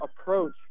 approach